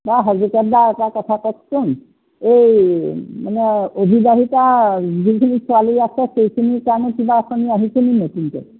বাৰু হাজৰিকাদা এটা কথা কওকচোন এই মানে অবিবাহিতা যিখিনি ছোৱালী আছে সেইখিনিৰ কাৰণে কিবা আঁচনি আহিছেনি নতুনকৈ